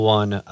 one